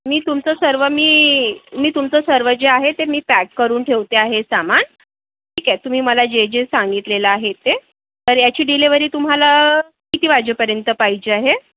मी तुमचं सर्व मी मी तुमचं सर्व जे आहे ते मी पॅक करून ठेवते आहे सामान ठीक आहे तुम्ही मला जे जे सांगितलेलं आहे ते तर याची डिलिव्हरी तुम्हाला किती वाजेपर्यंत पाहिजे आहे